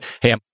hey